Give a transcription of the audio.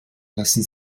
lassen